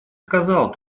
сказал